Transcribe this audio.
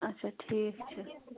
اچھا ٹھیٖک چھِ